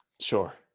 Sure